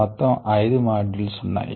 మొత్తం 5 మాడ్యూల్స్ ఉన్నాయి